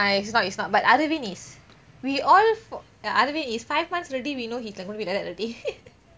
ah is not is not but aravind is we all ya aravind is five months already we know he's like going to be like that already